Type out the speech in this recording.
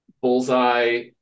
bullseye